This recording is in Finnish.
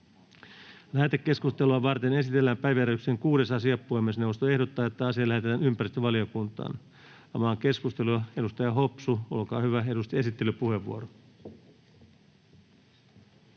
Lähetekeskustelua varten esitellään päiväjärjestyksen 6. asia. Puhemiesneuvosto ehdottaa, että asia lähetetään ympäristövaliokuntaan. — Avaan keskustelun. Edustaja Hopsu, olkaa hyvä, esittelypuheenvuoro.